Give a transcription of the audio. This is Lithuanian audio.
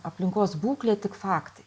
aplinkos būklė tik faktai